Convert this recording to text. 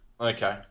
Okay